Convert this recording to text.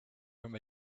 from